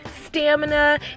stamina